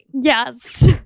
Yes